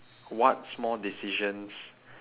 what small decisions